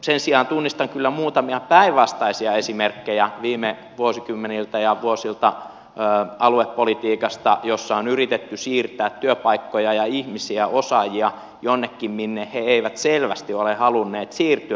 sen sijaan tunnistan kyllä muutamia päinvastaisia esimerkkejä viime vuosikymmeniltä ja vuosilta aluepolitiikasta jossa on yritetty siirtää työpaikkoja ja ihmisiä osaajia jonnekin minne he eivät selvästi ole halunneet siirtyä